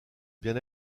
bien